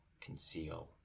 conceal